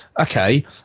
Okay